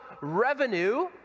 revenue